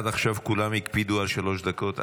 עד עכשיו כולם הקפידו על שלוש דקות,